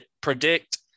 predict